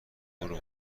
برو